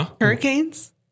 Hurricanes